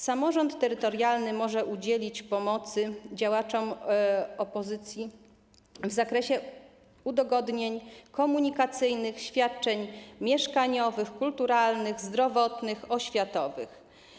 Samorząd terytorialny może udzielić pomocy działaczom opozycji w zakresie udogodnień komunikacyjnych, świadczeń mieszkaniowych, kulturalnych, zdrowotnych i oświatowych.